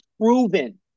proven